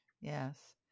yes